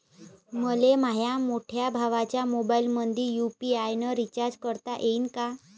मले माह्या मोठ्या भावाच्या मोबाईलमंदी यू.पी.आय न रिचार्ज करता येईन का?